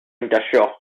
industrial